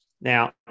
Now